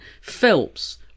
Phelps